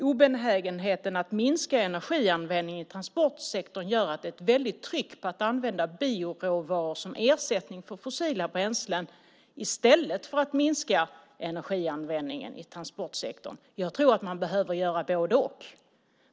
Obenägenheten att minska energianvändningen i transportsektorn gör nämligen att det är ett väldigt tryck på att använda bioråvaror som ersättning för fossila bränslen i stället för att minska energianvändningen i transportsektorn. Jag tror att man behöver göra både-och.